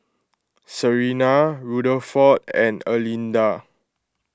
Sarina Rutherford and Erlinda